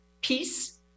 peace